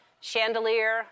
chandelier